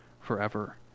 forever